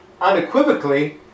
unequivocally